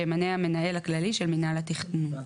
שימנה המנהל הכללי של מינהל התכנון ; (3)